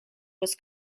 was